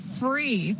free